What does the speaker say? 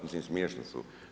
Mislim smiješni su.